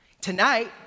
Tonight